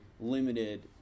limited